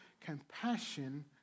compassion